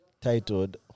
titled